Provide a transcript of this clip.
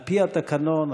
על-פי התקנון,